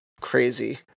crazy